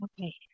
Okay